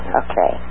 okay